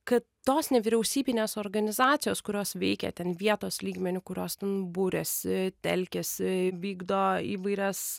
kad tos nevyriausybinės organizacijos kurios veikia ten vietos lygmeniu kurios ten buriasi telkiasi vykdo įvairias